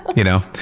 you know.